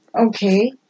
Okay